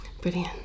brilliant